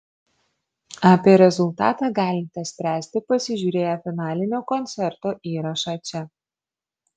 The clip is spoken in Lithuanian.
apie rezultatą galite spręsti pasižiūrėję finalinio koncerto įrašą čia